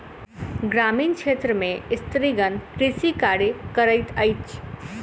ग्रामीण क्षेत्र में स्त्रीगण कृषि कार्य करैत अछि